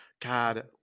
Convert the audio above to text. God